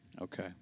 okay